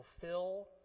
fulfill